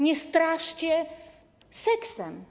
Nie straszcie seksem.